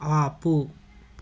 ఆపు